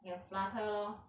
can flutter lor